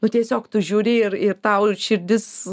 tu tiesiog tu žiūri ir ir tau širdis